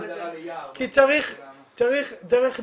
--- כי צריך דרך מילוט,